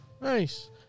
nice